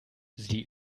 sie